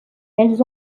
elles